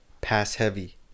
Pass-heavy